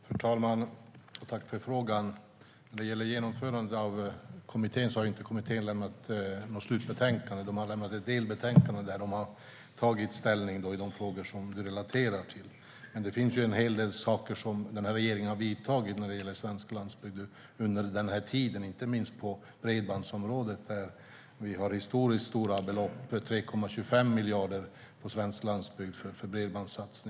Fru talman! Tack för frågan! När det gäller genomförandet av kommitténs förslag har inte kommittén lämnat något slutbetänkande. De har lämnat ett delbetänkande där de har tagit ställning i de frågor som du relaterar till. Men det finns en hel del saker som den här regeringen har gjort när det gäller svensk landsbygd under den här tiden, inte minst på bredbandsområdet. Där har vi historiskt stora belopp. Det är 3,25 miljarder för bredbandssatsningar på svensk landsbygd.